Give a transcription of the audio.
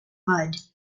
mud